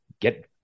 get